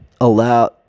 allow